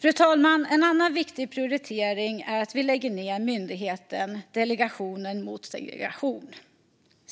Fru talman! En annan viktig prioritering är att vi lägger ned myndigheten Delegationen mot segregation.